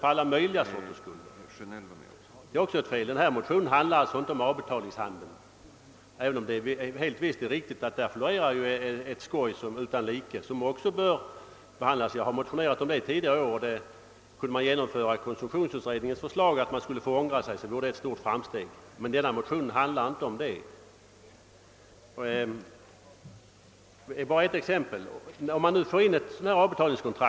Men helt visst är det riktigt att det på detta område florerar skoj utan like som man också bör försöka komma till rätta med. Jag har tidigare motionerat om den saken. Kunde man genomföra konsumtionsutredningens förslag att det skall vara möjligt att få ångra ett köp så vore det ett stort framsteg. Men den nu aktuella motionen handlar alltså inte om den saken. Låt mig bara ta ett exempel.